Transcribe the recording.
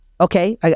okay